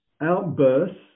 outbursts